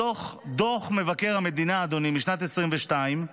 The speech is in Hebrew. מתוך דוח מבקר המדינה, אדוני, משנת 2022,